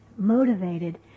motivated